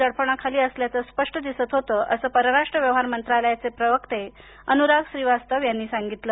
दडपणाखाली असल्याच स्पष्ट दिसत होते अस परराष्ट्र व्यवहार मंत्रालयाचे प्रवक्ते अनुराग श्रीवास्तव यांनी सांगितलं